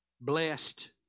blessed